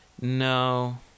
no